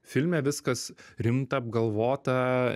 filme viskas rimta apgalvota